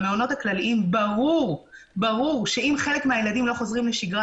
במעונות הכלליים ברור שאם חלק מהילדים לא חוזרים לשגרה,